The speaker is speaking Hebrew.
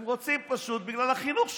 הם רוצים פשוט בגלל החינוך שלהם.